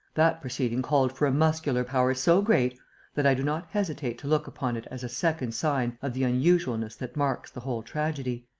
that proceeding called for a muscular power so great that i do not hesitate to look upon it as a second sign of the unusualness that marks the whole tragedy.